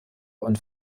und